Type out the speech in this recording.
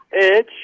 edge